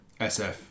SF